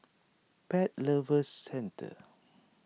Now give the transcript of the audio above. Pet Lovers Centre